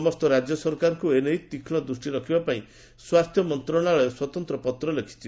ସମସ୍ତ ରାଜ୍ୟ ସରକାରଙ୍କୁ ଏନେଇ ତୀକ୍ଷ୍ଣ ଦୃଷ୍ଟି ରଖିବାପାଇଁ ସ୍ୱାସ୍ଥ୍ୟ ମନ୍ତ୍ରଣାଳୟ ସ୍ୱତନ୍ତ୍ର ପତ୍ର ଲେଖିଛି